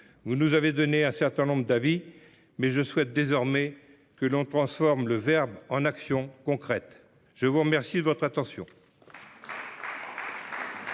vous nous avez donné un certain nombre d'avis, mais je souhaite désormais que l'on transforme le verbe en actions concrètes ! Nous en avons terminé